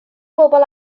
bobl